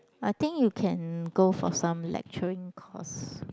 I think you can go for some lecturing course